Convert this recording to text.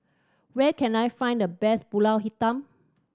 where can I find the best Pulut Hitam